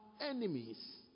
enemies